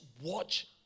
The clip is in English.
watch